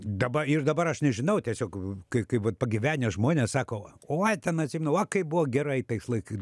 dabar ir dabar aš nežinau tiesiog kai kaip vat pagyvenę žmonės sako oi ten atsimenu va kaip buvo gerai tais laikais